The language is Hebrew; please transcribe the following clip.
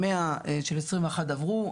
המאה של 2021 עברו,